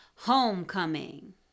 Homecoming